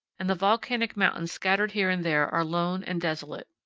and the volcanic mountains scattered here and there are lone and desolate.